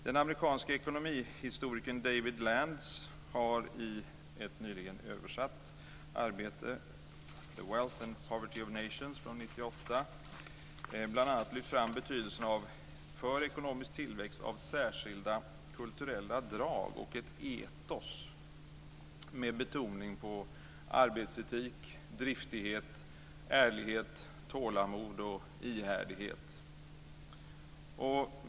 Den amerikanske ekonomihistorikern David Landes har i ett nyligen översatt arbete, The Wealth and Poverty of Nations från år 1998, bl.a. på nytt lyft fram betydelsen för ekonomisk tillväxt av särskilda kulturella drag och ett etos med betoning på arbetsetik, driftighet, ärlighet, tålamod och ihärdighet.